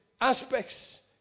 aspects